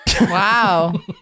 Wow